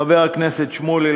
חבר הכנסת שמולי,